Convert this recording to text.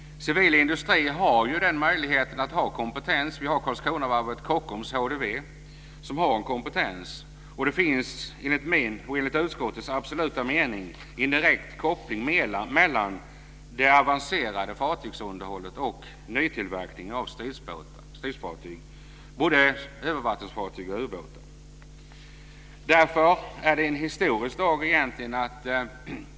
Civil industri har den möjligheten att ha kompetens. Vi har Karlskronavarvet, Kockums och HDW som har kompetens. Det finns enligt min och utskottets absoluta mening en direkt koppling mellan det avancerade fartygsunderhållet och nytillverkning av stridsfartyg, både övervattensfartyg och ubåtar. Därför är det egentligen en historisk dag.